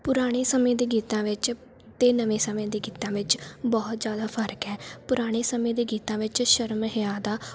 ਪੁਰਾਣੇ ਸਮੇਂ ਦੇ ਗੀਤਾਂ ਵਿੱਚ ਅਤੇ ਨਵੇਂ ਸਮੇਂ ਦੇ ਗੀਤਾਂ ਵਿੱਚ ਬਹੁਤ ਜ਼ਿਆਦਾ ਫਰਕ ਹੈ ਪੁਰਾਣੇ ਸਮੇਂ ਦੇ ਗੀਤਾਂ ਵਿੱਚ ਸ਼ਰਮ ਹਿਆ ਦਾ